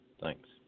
Thanks